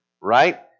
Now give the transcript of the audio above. right